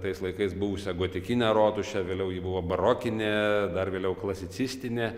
tais laikais buvusią gotikinę rotušę vėliau ji buvo barokinė dar vėliau klasicistinė